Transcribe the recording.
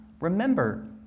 remember